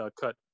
cut